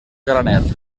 graner